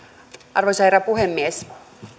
arvoisa herra puhemies